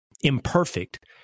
imperfect